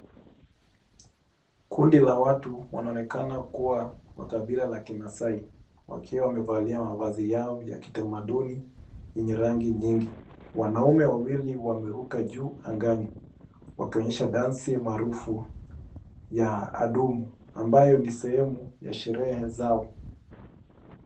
Kundi la watu wanaonekana kuwa wa kabila la Maasai wakiwa wamevalia mavazi yao ya kitamaduni yenye rangi nyingi. Wanaume wawili wameruka juu angani wakionyesha dansi maarufu ya adumu ambayo ni sehemu ya sherehe zao.